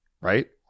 right